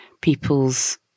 people's